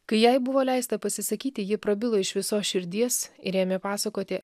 kai jai buvo leista pasisakyti ji prabilo iš visos širdies ir ėmė pasakoti